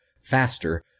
faster